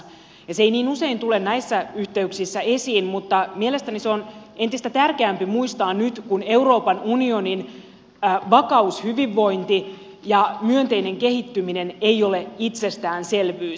se ei niin usein tule näissä yhteyksissä esiin mutta mielestäni se on entistä tärkeämpi muistaa nyt kun euroopan unionin vakaus hyvinvointi ja myönteinen kehittyminen ei ole itsestäänselvyys